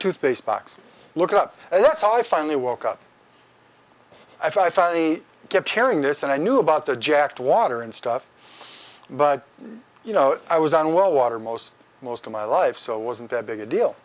toothpaste box looked up and that's all i finally woke up i five i kept hearing this and i knew about the jacket water and stuff but you know i was on well water most most of my life so it wasn't that big a deal